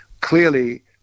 clearly